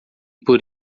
por